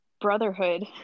brotherhood